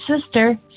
sister